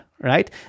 right